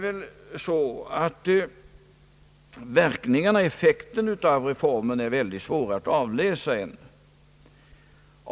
Verkningarna och effekten av reformen är ännu så länge väldigt svåra att avläsa.